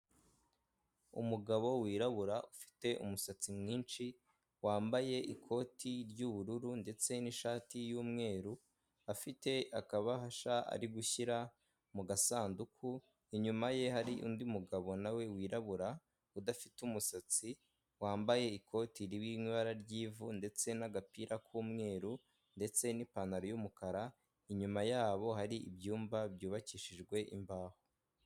Umugabo wirabura ufite umusatsi mwinshi, wambaye ikoti ry'ubururu ndetse n'ishati y'umweru, afite akabahasha ari gushyira mu gasanduku, inyuma ye hari undi mugabo nawe wirabura udafite umusatsi wambaye ikoti ririmo ibara ry'ivu ndetse n'agapira k'umweru, ndetse n'ipantaro y'umukara inyuma yabo hari ibyumba byubakishijwe imbaho.